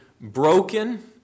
broken